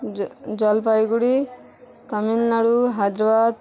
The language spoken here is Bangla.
জলপাইগুড়ি তামিলনাড়ু হায়দ্রাবাদ